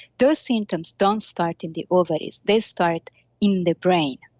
those symptoms don't start in the ovaries, they start in the brain.